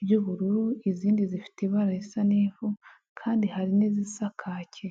ry'ubururu, izindi zifite ibara risa n'ivu kandi hari n'izisa kake.